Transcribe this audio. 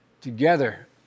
Together